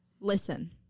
Listen